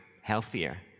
healthier